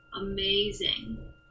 Amazing